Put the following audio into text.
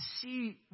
see